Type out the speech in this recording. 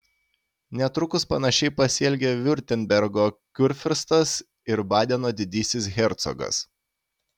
netrukus panašiai pasielgė viurtembergo kurfiurstas ir badeno didysis hercogas